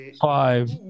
five